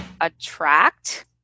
attract